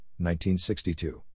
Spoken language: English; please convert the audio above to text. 1962